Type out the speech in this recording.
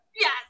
Yes